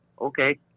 Okay